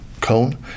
cone